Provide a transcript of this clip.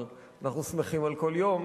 אבל אנחנו שמחים על כל יום,